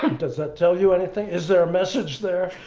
does that tell you anything? is there a message there?